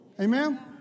Amen